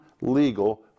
legal